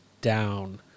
down